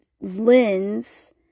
lens